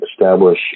establish